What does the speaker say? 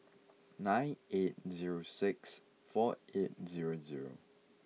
nine eight zero six four eight zero zero